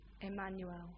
Emmanuel